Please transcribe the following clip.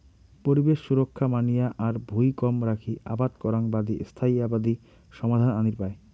পরিবেশ সুরক্ষা মানিয়া আর ভুঁই কম রাখি আবাদ করাং বাদি স্থায়ী আবাদি সমাধান আনির পায়